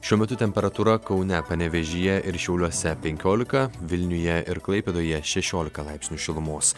šiuo metu temperatūra kaune panevėžyje ir šiauliuose penkiolika vilniuje ir klaipėdoje šešiolika laipsnių šilumos